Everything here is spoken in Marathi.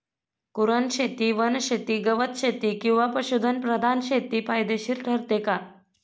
कुरणशेती, वनशेती, गवतशेती किंवा पशुधन प्रधान शेती फायदेशीर ठरते का?